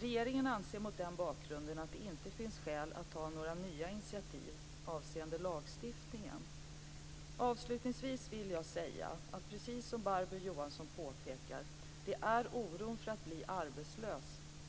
Regeringen anser mot den bakgrunden att det inte finns skäl att ta några nya initiativ avseende lagstiftningen. Avslutningsvis vill jag säga att det - precis som Barbro Johansson påpekar - är oron för att bli arbetslös